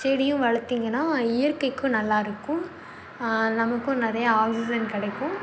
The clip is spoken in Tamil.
செடியும் வளர்த்திங்கன்னா இயற்கைக்கும் நல்லா இருக்கும் நமக்கும் நிறையா ஆக்ஸிஷன் கிடைக்கும்